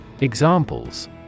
Examples